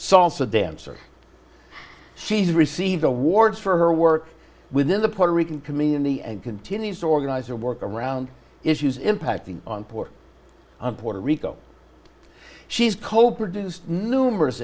salsa dancer she's received the award for her work within the puerto rican community and continues organizer work around issues impacting on poor on puerto rico she's co produced numerous